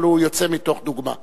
אבל הוא יוצא מתוך דוגמה.